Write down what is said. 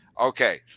Okay